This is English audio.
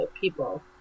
people